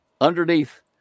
underneath